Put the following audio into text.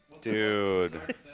dude